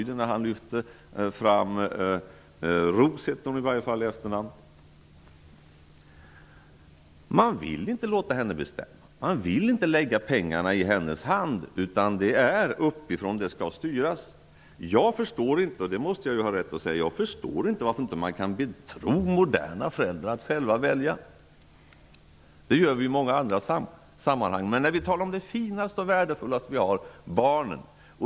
Det är så klart utsagt det någonsin kan vara att man inte vill låta henne bestämma. Man vill inte lägga pengarna i hennes hand, utan det skall styras uppifrån. Jag måste ha rätt att säga att jag inte förstår varför man inte kan betro moderna föräldrar med att själva välja. Det gör vi i många andra sammanhang, men inte när det gäller det finaste och värdefullaste vi har -- barnen.